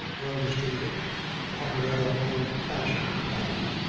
well-distributed, on a rather old-fashioned plan,